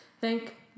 Thank